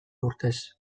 urtez